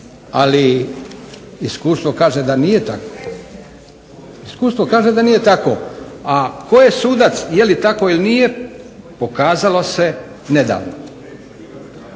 transparentan ali iskustvo kaže da nije tako. A tko je sudac jeli tako ili nije? Pokazalo se nedavno.